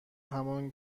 همان